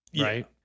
right